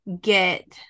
get